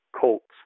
Colts